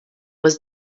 was